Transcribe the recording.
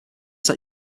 that